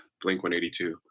Blink-182